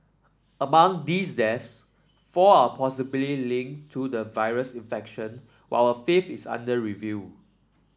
among these deaths four are linked to the virus infection while a fifth is under review